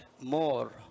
more